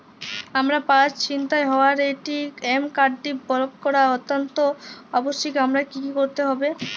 আমার পার্স ছিনতাই হওয়ায় এ.টি.এম কার্ডটি ব্লক করা অত্যন্ত আবশ্যিক আমায় কী কী করতে হবে?